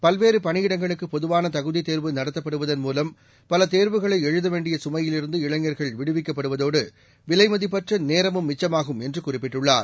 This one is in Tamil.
பல்வேறு பணியிடங்களுக்கு பொதுவாள தகுதித் தேர்வு நடத்தப்படுவதன் மூலம் பல தேர்வுகளை எழுதவேண்டிய சுமையிலிருந்து இளைஞர்கள் விடுவிக்கப்படுவதோடு விலைமதிப்பற்ற நேரமும் மிக்சமாகும் என்று குறிப்பிட்டுள்ளார்